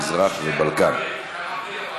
מזרח והבלקן.